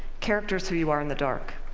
character's who you are in the dark.